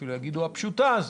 אפילו יגידו הפשוטה הזו,